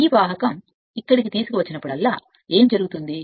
ఈ వాహకంను ఇక్కడికి తీసుకువచ్చినప్పుడల్లా ఏమి జరుగుతోంది